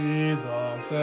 Jesus